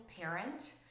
parent